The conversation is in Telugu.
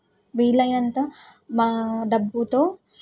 వీలైనంత బా డబ్బుతో